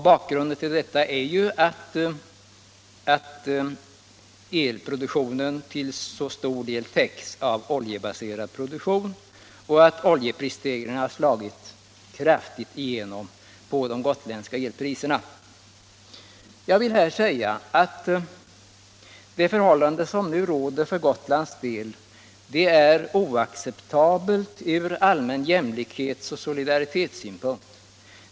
Bakgrunden till detta är att behovet av elenergi till så stor del täcks av oljeproducerad produktion och att oljeprisstegringen slagit kraftigt - Nr 136 igenom på de gotländska elpriserna. Måndagen den Jag vill här säga att det förhållande som nu råder för Gotlands del 23 maj 1977 är oacceptabelt ur allmän jämlikhetsoch solidaritetssynpunkt.